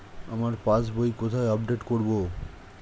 আমার পাস বই কোথায় আপডেট করব?